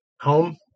home